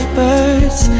birds